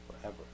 forever